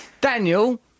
Daniel